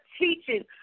teaching